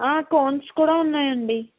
cones కూడా ఉన్నాయి అండి